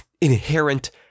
inherent